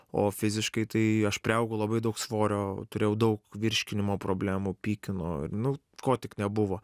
o fiziškai tai aš priaugau labai daug svorio turėjau daug virškinimo problemų pykino ir nu ko tik nebuvo